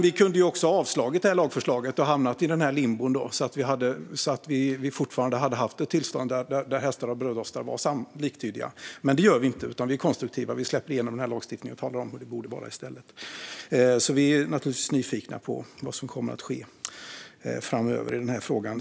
Vi kunde också ha avslagit lagförslaget och hamnat i limbo så att vi fortfarande hade haft ett tillstånd där hästar och brödrostar var liktydiga, men det gör vi inte. Vi är konstruktiva och släpper igenom lagstiftningen och talar om hur det borde vara i stället. Vi är naturligtvis nyfikna på vad som kommer att ske framöver i den här frågan.